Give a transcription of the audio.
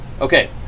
Okay